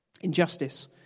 injustice